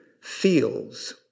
feels